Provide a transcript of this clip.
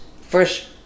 first